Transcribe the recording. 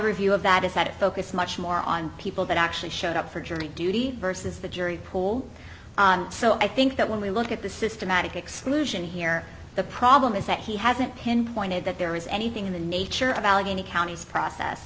review of that is that it focused much more on people that actually showed up for jury duty versus the jury pool so i think that when we look at the systematic exclusion here the problem is that he hasn't pinpointed that there is anything in the nature of allegheny county process